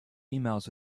emails